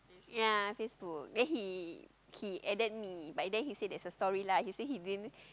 ya Facebook then he he added me but then he say there's a story lah he say he didn't